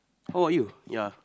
how old are you ya